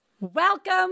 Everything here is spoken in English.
Welcome